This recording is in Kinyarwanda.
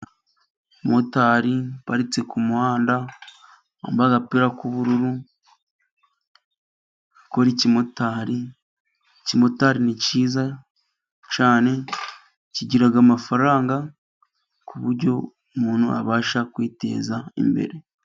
Umumotari uparitse ku muhanda . Yambaye agapira k'ubururu akora ikimotari. Ikimotari ni cyiza cyane, kigira amafaranga ku buryo umuntu abasha kwiteza imbere.